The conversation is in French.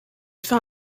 fin